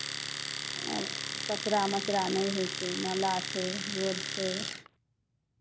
आब कचड़ा मचड़ा नहि होइ छै नाला छै रोड छै